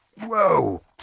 Whoa